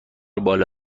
بالا